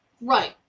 Right